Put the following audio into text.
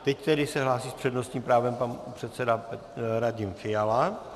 Teď tedy se hlásí s přednostním právem pan předseda Radim Fiala.